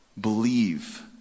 believe